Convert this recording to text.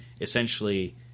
essentially